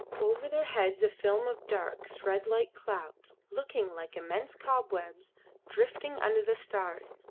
over their heads a film of dark, thread-like clouds, looking like immense cobwebs drifting under the stars,